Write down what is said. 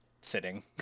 sitting